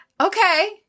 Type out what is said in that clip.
okay